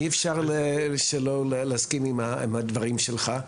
אי-אפשר שלא להסכים עם הדברים שלך.